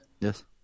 Yes